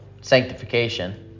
sanctification